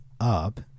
up